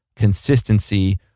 consistency